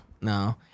No